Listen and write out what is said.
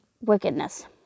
wickedness